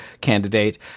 candidate